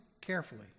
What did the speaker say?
carefully